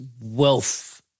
wealth